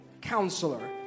Counselor